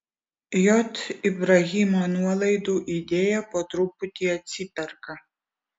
j ibrahimo nuolaidų idėja po truputį atsiperka